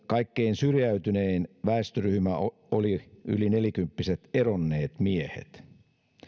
kaikkein syrjäytynein väestöryhmä oli yli nelikymppiset eronneet miehet